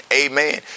Amen